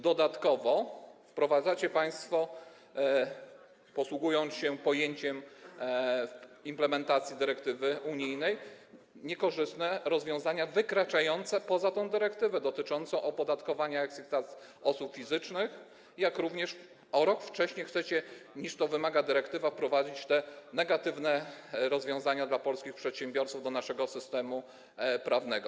Dodatkowo wprowadzacie państwo, posługując się pojęciem implementacji dyrektywy unijnej, niekorzystne rozwiązania wykraczające poza tę dyrektywę, dotyczące opodatkowania exit tax osób fizycznych, jak również chcecie o rok wcześniej, niż wymaga tego dyrektywa, wprowadzić te negatywne rozwiązania dla polskich przedsiębiorców do naszego systemu prawnego.